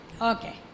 Okay